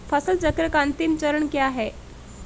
फसल चक्र का अंतिम चरण क्या है?